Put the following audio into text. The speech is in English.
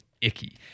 icky